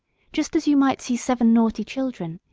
just as you might see seven naughty children,